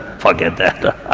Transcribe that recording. forget that. i